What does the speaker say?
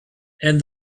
and